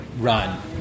run